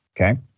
Okay